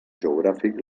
geogràfic